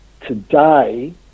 today